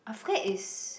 I forget is